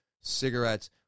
Cigarettes